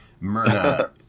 Myrna